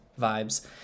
vibes